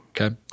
Okay